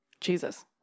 Jesus